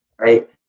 right